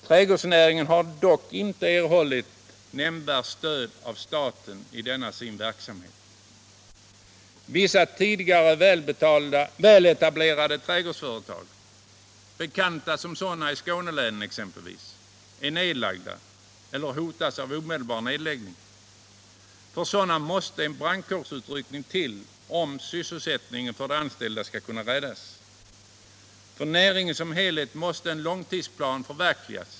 Trädgårdsnäringen har dock inte erhållit något nämnvärt stöd av staten. Vissa tidigare väletablerade trädgårdsföretag, kända som sådana it.ex. Skånelänen, är nedlagda eller hotas av omedelbar nedläggning. För sådana företag krävs en ”brandkårsutryckning”, om sysselsättningen för de anställda skall kunna räddas. För näringen som helhet måste en långtidsplan upprättas.